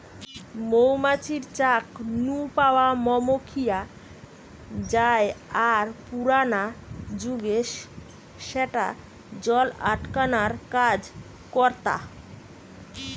মৌ মাছির চাক নু পাওয়া মম খিয়া জায় আর পুরানা জুগে স্যাটা জল আটকানার কাজ করতা